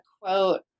quote